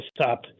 stop